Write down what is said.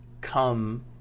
come